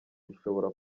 bishobora